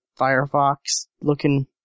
Firefox-looking